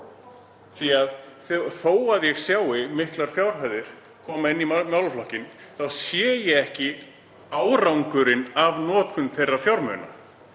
Þó að ég sjái miklar fjárhæðir koma inn í málaflokkinn sé ég ekki árangurinn af notkun þeirra fjármuna.